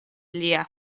lia